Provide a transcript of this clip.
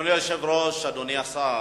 אדוני היושב-ראש, אדוני השר,